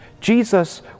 Jesus